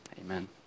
Amen